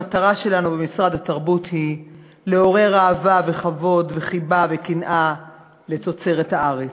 המטרה שלנו במשרד התרבות היא לעורר אהבה וכבוד וחיבה וקנאה לתוצרת הארץ,